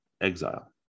exile